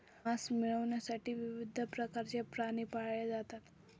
मांस मिळविण्यासाठी विविध प्रकारचे प्राणी पाळले जातात